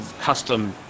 custom